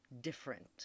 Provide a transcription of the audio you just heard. different